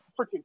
freaking